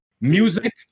Music